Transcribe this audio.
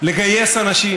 לגייס אנשים,